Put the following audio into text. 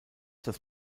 das